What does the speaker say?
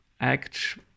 act